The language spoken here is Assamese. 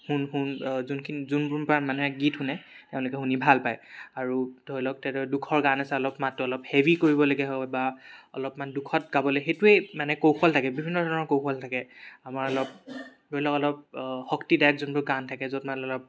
গীত শুনে তেওঁলোকে শুনি ভাল পায় আৰু ধৰি লওক দুখৰ গান আছে অলপ মাতটো অলপ হেভি কৰিবলগা হয় বা অলপমান দুখত গাবলৈ সেইটোৱেই মানে কৌশল থাকে বিভিন্ন ধৰণৰ কৌশল থাকে আমাৰ অলপ ধৰি লওক অলপ শক্তিদায়ক যোনবোৰ গান থাকে য'ত মানে অলপ